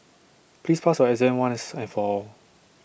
please pass your exam once and for all